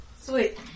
Sweet